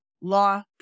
Law